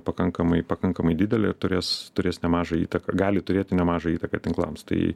pakankamai pakankamai didelė turės turės nemažą įtaką gali turėti nemažą įtaką tinklams tai